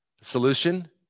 Solution